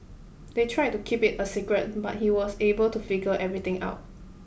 they tried to keep it a secret but he was able to figure everything out